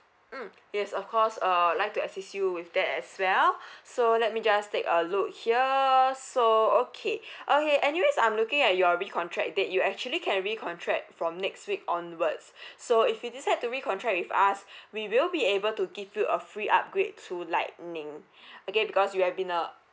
mm yes of course uh like to assist you with that as well so let me just take a look here so okay okay anyways I'm looking at your recontract date you actually can recontract from next week onwards so if you decide to recontract with us we will be able to give you a free upgrade to lightning okay because you have been a